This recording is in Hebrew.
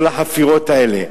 כל החפירות האלה.